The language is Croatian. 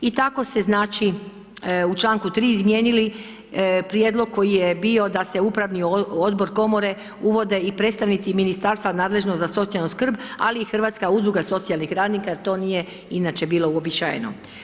I tako su se znači u članku 3. izmijenili prijedlog koji je bio da se u upravni odbor komore uvode i predstavnici Ministarstva nadležni za socijalnu skrb ali i Hrvatska udruga socijalnih radnika jer to nije inače bilo uobičajeno.